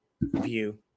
view